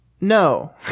No